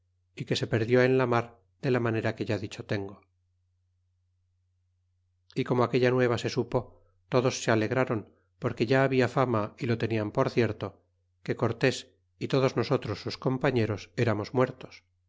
y que se perdió en la mar de a manera que ya dicho tengo y como aquella nueva se supo todos se alegraron porque ya habia fama e lo tenían por cierto que cortés y todos nosotros sus compañeros eramos muertos